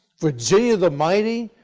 virginia the mighty,